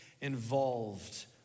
involved